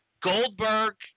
Goldberg –